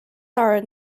are